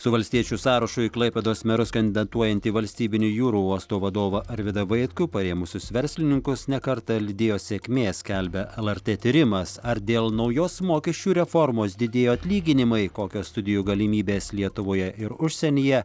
su valstiečių sąrašu į klaipėdos merus kandidatuojantį valstybinio jūrų uosto vadovą arvydą vaitkų parėmusius verslininkus ne kartą lydėjo sėkmė skelbia lrt tyrimas ar dėl naujos mokesčių reformos didėjo atlyginimai kokios studijų galimybės lietuvoje ir užsienyje